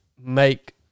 make